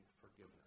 forgiveness